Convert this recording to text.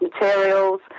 materials